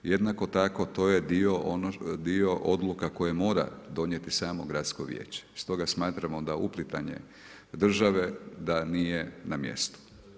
Jednako tako to je dio odluka koje mora donijeti samo Gradsko vijeće i stoga smatramo da uplitanje države da nije na mjestu.